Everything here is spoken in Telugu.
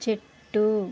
చెట్టు